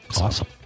Awesome